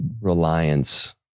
reliance